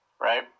right